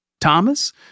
Thomas